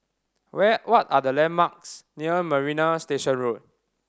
where what are the landmarks near Marina Station Road